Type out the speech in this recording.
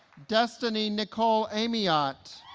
destiney nichole amiott